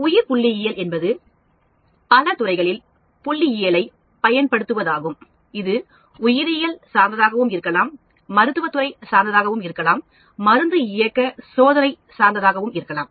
உயிர் புள்ளியியல் என்பது பல துறைகளில் புள்ளியியலை பயன்படுத்துவதாகும் அது உயிரியல் சார்ந்ததாகவும் இருக்கலாம் மருத்துவத் துறை சார்ந்ததாகவும் இருக்கலாம் மருந்து இயக்க சோதனை சார்ந்ததாகவும் இருக்கலாம்